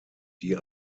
die